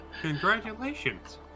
congratulations